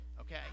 okay